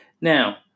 Now